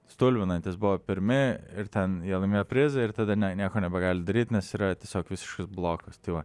stulbinantys buvo pirmi ir ten jie laimėjo prizą ir tada nieko nebegali daryt nes yra tiesiog visiškas blokas tai va